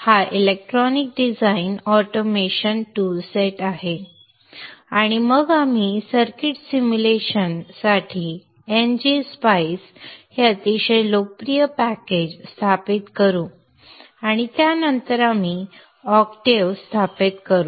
हा electronic design automation toolset आहे आणि मग आपण सर्किट सिम्युलेशन साठी ngSpice हे अतिशय लोकप्रिय पॅकेज स्थापित करू आणि त्यानंतर आपण ऑक्टेव्ह स्थापित करू